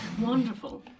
Wonderful